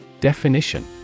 Definition